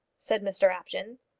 said mr apjohn.